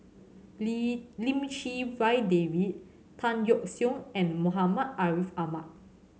Lee Lim Chee Wai David Tan Yeok Seong and Muhammad Ariff Ahmad